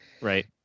Right